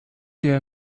der